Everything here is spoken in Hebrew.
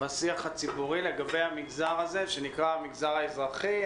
בשיח הציבורי לגבי המגזר הזה שנקרא המגזר האזרחי,